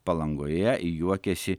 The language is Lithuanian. palangoje juokiasi